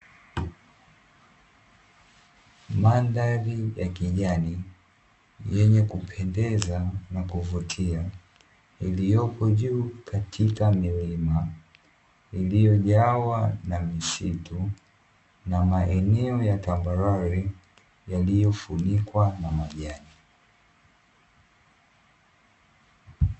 Mandhari ya kijani yenye kupendeza na kuvutia, iliyopo juu katika milima iliyojawa na misitu na maeneo ya tambarare yaliyofunikwa na majani.